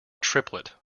triplet